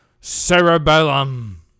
Cerebellum